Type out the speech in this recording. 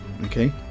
Okay